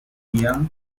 mian